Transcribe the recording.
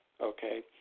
okay